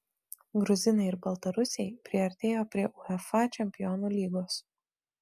gruzinai ir baltarusiai priartėjo prie uefa čempionų lygos